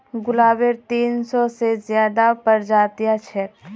गुलाबेर तीन सौ से ज्यादा प्रजातियां छेक